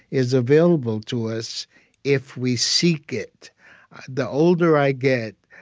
is available to us if we seek it the older i get,